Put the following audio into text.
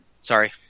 Sorry